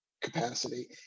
capacity